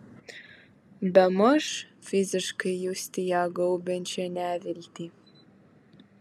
bemaž fiziškai justi ją gaubiančią neviltį